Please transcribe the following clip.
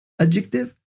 adjective